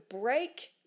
break